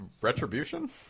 Retribution